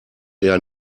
eher